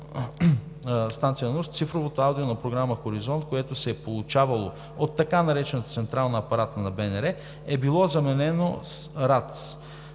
станция на НУРТС цифровото аудио на програма „Хоризонт“, което се е получавало от така наречената централна апаратна на БНР, е било заменено с